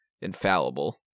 infallible